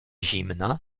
zimna